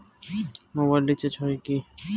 Mobile recharge হয় কি?